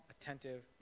attentive